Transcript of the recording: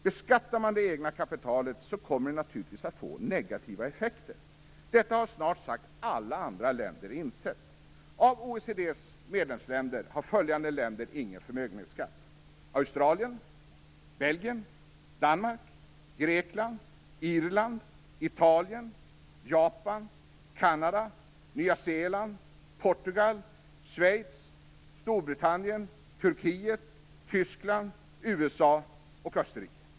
Beskattar man det egna kapitalet kommer det naturligtvis att få negativa effekter. Detta har snart sagt alla andra länder insett. Av OECD:s medlemsländer har följande länder ingen förmögenhetsskatt: Australien, Belgien, Danmark, Grekland, Österrike.